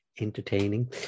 entertaining